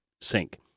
sink